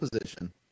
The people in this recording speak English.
position